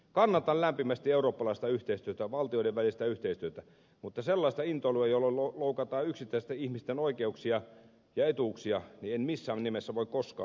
kannatan lämpimästi eurooppalaista yhteistyötä valtioiden välistä yhteistyötä mutta sellaista intoilua jolla loukataan yksittäisten ihmisten oikeuksia ja etuuksia en missään nimessä voi koskaan hyväksyä